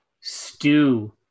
stew